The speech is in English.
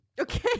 okay